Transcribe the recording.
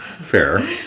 Fair